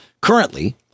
Currently